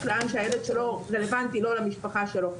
לאן שהילד שלו רלוונטי לו ולמשפחה שלו.